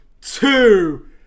two